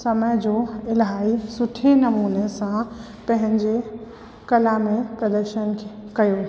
समय जो इलाही सुठे नमूने सां पंहिंजे कला में प्रदर्शन कयो